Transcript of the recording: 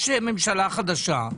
יש ממשלה חדשה,